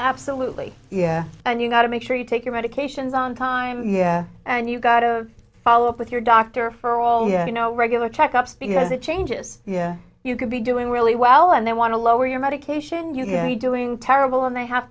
absolutely yeah and you got to make sure you take your medications on time and you've got to follow up with your doctor for all you know regular check ups because it changes you could be doing really well and they want to lower your medication you know you doing terrible and they have